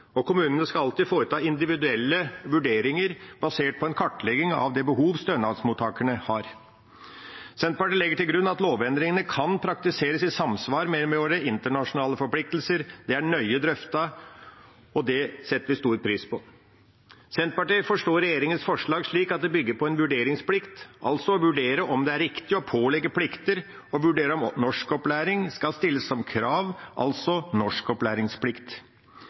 og kommunene skal alltid foreta individuelle vurderinger basert på en kartlegging av det behovet stønadsmottakerne har. Senterpartiet legger til grunn at lovendringene kan praktiseres i samsvar med våre internasjonale forpliktelser. Det er nøye drøftet, og det setter vi stor pris på. Senterpartiet forstår regjeringens forslag slik at det bygger på en vurderingsplikt, altså å vurdere om det er riktig å pålegge plikter, og videre om norskopplæring skal stilles som krav, altså norskopplæringsplikt.